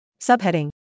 Subheading